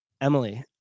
Emily